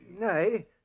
Nay